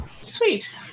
Sweet